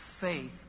faith